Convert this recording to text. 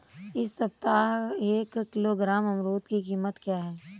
इस सप्ताह एक किलोग्राम अमरूद की कीमत क्या है?